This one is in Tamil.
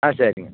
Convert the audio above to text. ஆ சரிங்க